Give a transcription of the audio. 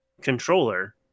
controller